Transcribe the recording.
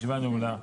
הישיבה נעולה.